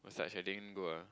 massage I didn't go ah